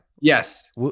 Yes